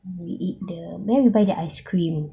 we eat the there we buy their ice cream